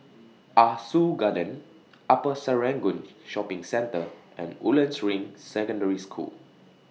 Ah Soo Garden Upper Serangoon Shopping Centre and Woodlands Ring Secondary School